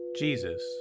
Jesus